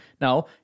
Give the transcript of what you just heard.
Now